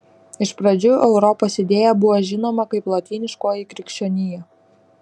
iš pradžių europos idėja buvo žinoma kaip lotyniškoji krikščionija